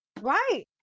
Right